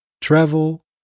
travel